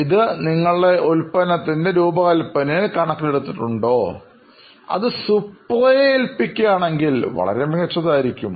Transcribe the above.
ഇത് നിങ്ങളുടെ ഉൽപ്പന്നത്തിൻറെ രൂപകല്പനയിൽ കണക്ക് എടുത്തിട്ടുണ്ടോ അത് സുപ്രയെ ഏൽപ്പിക്കുകയാണെങ്കിൽ വളരെ മികച്ചതായിരിക്കും